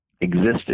existed